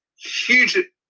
huge